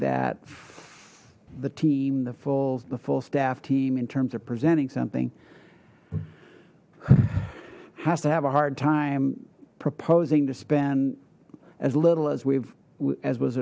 that the team the fulls the full staff team in terms of presenting something has to have a hard time proposing to spend as little as we've as was